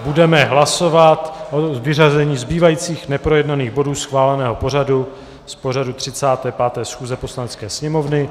Budeme hlasovat o vyřazení zbývajících neprojednaných bodů schváleného pořadu z pořadu 35. schůze Poslanecké sněmovny.